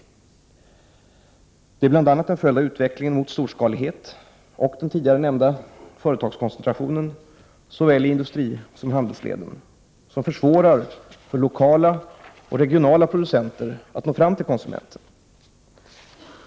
Detta är bl.a. en följd av utvecklingen mot storskalighet samt av den tidigare nämnda företagskoncentrationen, i såväl industrioch handelsleden, som försvårar för lokala och regionala producenter att nå fram till konsumenten.